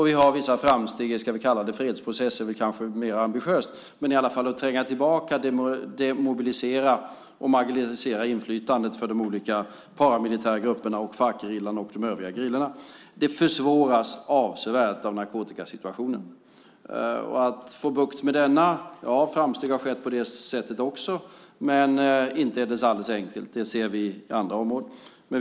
Vi har vissa framsteg i vad vi kan kalla fredsprocesser - det kanske är väl ambitiöst - när det gäller att tränga tillbaka, demobilisera och marginalisera inflytandet för de olika paramilitära grupperna, Farcgerillan och de övriga gerillorna. Det försvåras avsevärt av narkotikasituationen. Framsteg har skett där också, men att få bukt med det är inte alldeles enkelt. Det ser vi i andra områden.